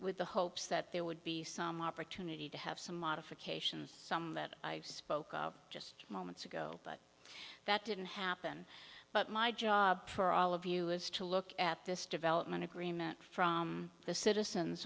with the hopes that there would be some opportunity to have some modifications some i spoke of just moments ago but that didn't happen but my job for all of you is to look at this development agreement from the citizens